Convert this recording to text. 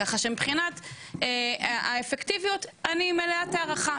ככה שמבחינת האפקטיביות אי מלאת הערכה.